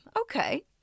okay